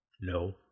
No